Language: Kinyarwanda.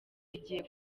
rigiye